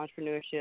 entrepreneurship